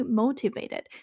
motivated